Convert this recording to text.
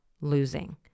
losing